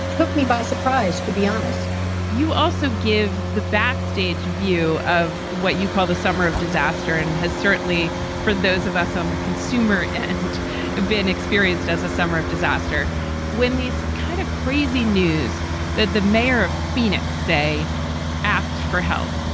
took me by surprise, to be honest you also give the backstage view of what you call the summer of disaster and has certainly for those of us on the consumer and have been experienced as a summer of disaster when these kind of crazy news that the mayor of phoenix say asked for help.